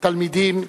תלמידים,